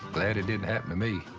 glad it didn't happen to me.